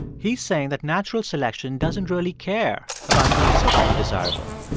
he's saying that natural selection doesn't really care about being socially desirable.